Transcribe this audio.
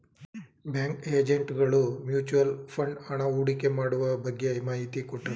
bank agent ಗಳು mutual fund ಹಣ ಹೂಡಿಕೆ ಮಾಡುವ ಬಗ್ಗೆ ಮಾಹಿತಿ ಕೊಟ್ಟರು